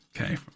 okay